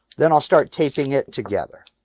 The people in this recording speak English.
then i'll start taping it together.